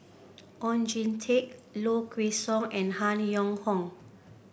Oon Jin Teik Low Kway Song and Han Yong Hong